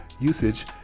usage